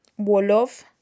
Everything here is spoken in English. Wolof